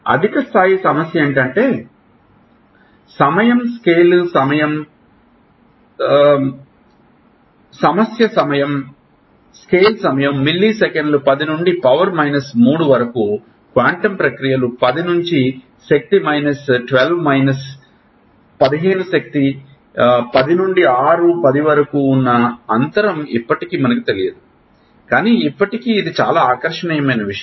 అధిక స్థాయి సమస్య ఏమిటంటే సమస్య సమయం స్కేల్ సమయం మిల్లీసెకన్లు 10 నుండి పవర్ మైనస్ 3 వరకు క్వాంటం ప్రక్రియలు 10 నుండి శక్తి మైనస్ 12 మైనస్ 15 శక్తికి 10 నుండి 6 నుండి 10 వరకు ఉన్న అంతరం ఇప్పటికీ మనకు తెలియదు కానీ ఇప్పటికీ ఇది చాలా ఆకర్షణీయమైన విషయం